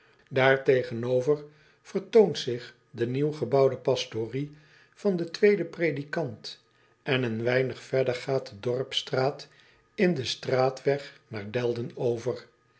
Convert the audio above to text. aartegenover vertoont zich de nieuw gebouwde pastorie van den tweeden predikant en een weinig verder gaat de dorpsstraat in den straatweg naar elden over